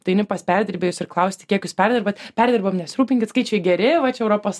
ateini pas perdirbėjus ir klausti kiek jūs perdirbat perdirbam nesirūpinkit skaičiai geri va čia europos